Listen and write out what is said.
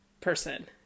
person